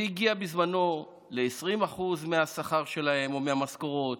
זה הגיע בזמנו ל-20% מהשכר שלהם או מהמשכורות,